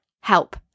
Help